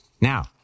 Now